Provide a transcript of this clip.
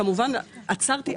כמובן שעצרתי,